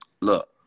Look